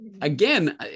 again